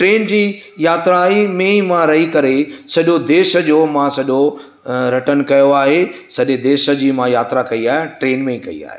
train जी यात्राई में मां रही करे ई सॼो देश जो मां सॼो अ रटन कयो आहे सॼे देश जी मां यात्रा कई आहे ऐं ट्रेन में कई आहे